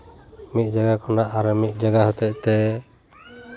ᱢᱤᱫ ᱡᱟᱭᱜᱟ ᱠᱷᱚᱱᱟᱜ ᱟᱨᱚ ᱢᱤᱫ ᱡᱟᱭᱜᱟ ᱦᱚᱛᱮᱫ ᱛᱮ